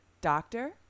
doctor